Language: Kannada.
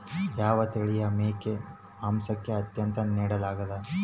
ಯಾವ ತಳಿಯ ಮೇಕೆ ಮಾಂಸಕ್ಕೆ, ಆದ್ಯತೆ ನೇಡಲಾಗ್ತದ?